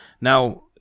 now